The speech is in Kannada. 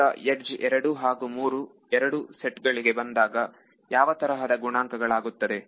ಈಗ ಯಡ್ಜ್ 2 ಹಾಗೂ 3 ಎರಡು ಸೆಟ್ ಗಳಿಗೆ ಬಂದಾಗಯಾವತರಹದ ಗುಣಾಂಕಗಳಾಗಿರುತ್ತದೆ